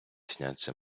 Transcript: сняться